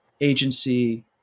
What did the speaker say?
agency